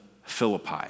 Philippi